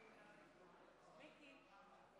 חברות וחברי כנסת נכבדים,